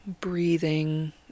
Breathing